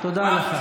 אדוני היושב-ראש,